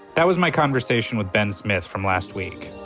that was my conversation with ben smith from last week.